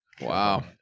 Wow